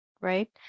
right